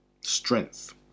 strength